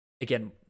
Again